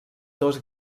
dos